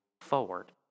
forward